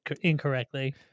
incorrectly